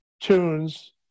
tunes